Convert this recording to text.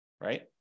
right